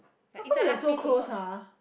how come they are so close ah